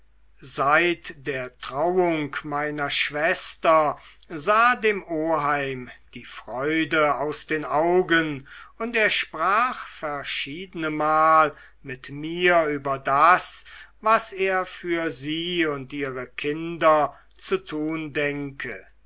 seit der trauung meiner schwester sah dem oheim die freude aus den augen und er sprach verschiedenemal mit mir über das was er für sie und ihre kinder zu tun denke